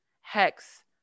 Hex